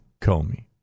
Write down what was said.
Comey